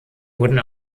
wurden